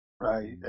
right